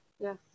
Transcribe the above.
Yes